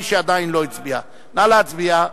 מי שעדיין לא הצביע, נא להצביע.